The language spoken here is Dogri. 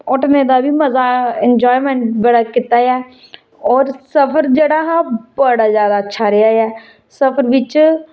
होटलें दा बी मजा इंजॉयमेंट बड़ा कीता ऐ होर सफर जेह्ड़ा हा ओह् बड़ा जादा अच्छा रेहा ऐ सफर बिच